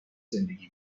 زندگی